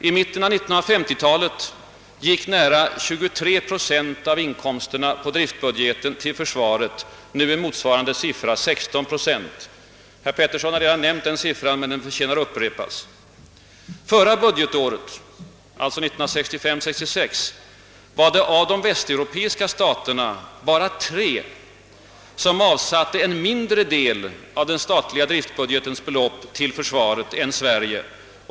I mitten av 1950-talet gick nära 23 procent av inkomsterna på driftbudgeten till försvaret — nu är motsvarande siffra 16 procent. Herr Petersson har redan nämnt siffrorna, men de förtjänar att upprepas. Förra budgetåret — alltså 1965/66 — var det av de västeuropeiska staterna bara tre som avsatte en mindre del av den statliga driftbudgetens belopp till försvaret än Sverige.